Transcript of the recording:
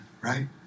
right